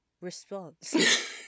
response